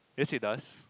yes it does